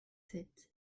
sept